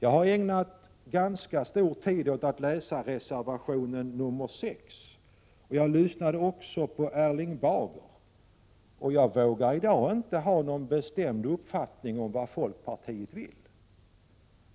Jag har ägnat ganska mycken tid åt att läsa reservation 6 och även lyssnat på Erling Bager. Ändå vågar jag i dag inte ha någon bestämd uppfattning om vad folkpartiet vill.